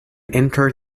enter